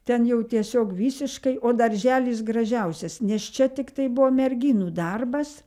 ten jau tiesiog visiškai o darželis gražiausias nes čia tiktai buvo merginų darbas